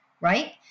right